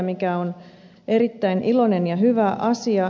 tämä on erittäin iloinen ja hyvä asia